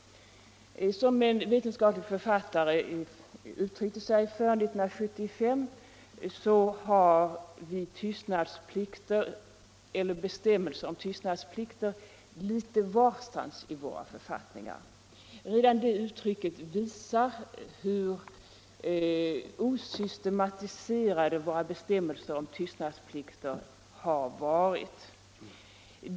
Som en vetenskaplig författare uttryckte sig före 1975 så har vi bestämmelser om tystnadsplikter litet varstans i våra författningar. Redan det uttalandet visar hur osystematiserade våra bestämmelser om tystnadsplikter har varit.